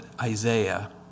Isaiah